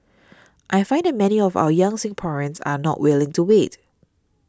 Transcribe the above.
I find many of our young Singaporeans are not willing to wait